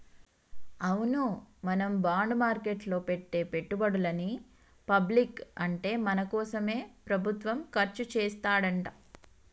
అవును మనం బాండ్ మార్కెట్లో పెట్టే పెట్టుబడులని పబ్లిక్ అంటే మన కోసమే ప్రభుత్వం ఖర్చు చేస్తాడంట